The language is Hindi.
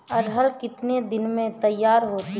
अरहर कितनी दिन में तैयार होती है?